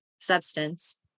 substance